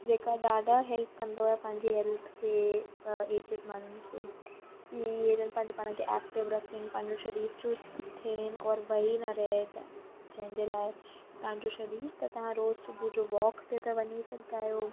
जेका ॾाढा हेल्प कंदो आहे पंहिंजी हेल्थ खे एजेड माण्हुनि खे की इहे जन पंहिंजे पाण खे एक्टिव रखनि पंहिंजो शरीर चुस्त थियनि और वेही न रहे जंहिंजे लाइ तव्हांजो शरीर त तव्हां रोज़ु सुबुह जो वॉक ते त वञी सघंदा आहियो